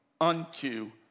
unto